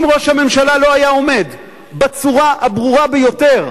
אם ראש הממשלה לא היה עומד בצורה הברורה ביותר,